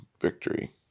victory